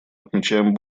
отмечаем